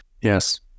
Yes